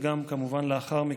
וגם כמובן לאחר מכן.